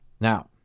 Now